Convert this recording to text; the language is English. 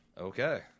okay